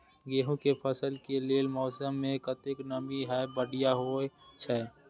गेंहू के फसल के लेल मौसम में कतेक नमी हैब बढ़िया होए छै?